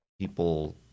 people